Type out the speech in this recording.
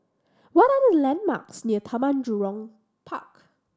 what are the landmarks near Taman Jurong Park